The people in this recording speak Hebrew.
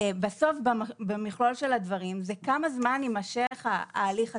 בסוף במכלול של הדברים זה כמה זמן יימשך ההליך עצמו.